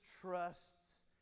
trusts